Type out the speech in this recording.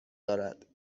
دارد